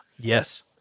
Yes